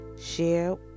Share